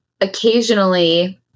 occasionally